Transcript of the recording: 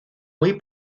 muy